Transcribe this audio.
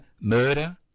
murder